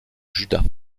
juda